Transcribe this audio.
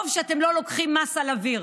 טוב שאתם לא לוקחים מס על אוויר.